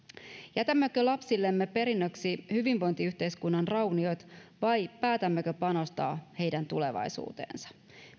jätämmekö lapsillemme perinnöksi hyvinvointiyhteiskunnan rauniot vai päätämmekö panostaa heidän tulevaisuuteensa